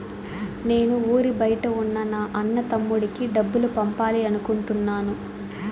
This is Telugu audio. నేను ఊరి బయట ఉన్న నా అన్న, తమ్ముడికి డబ్బులు పంపాలి అనుకుంటున్నాను